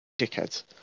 dickheads